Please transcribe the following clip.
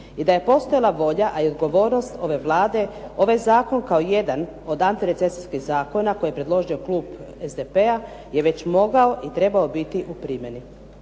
i daje postojala volja ali i odgovornost ove Vlade ovaj zakon kao jedan od antirecesijskih zakona koji je predložio klub SDP-a je već mogao i trebao biti u primjeni.